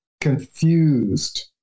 confused